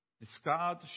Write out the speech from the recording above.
Discard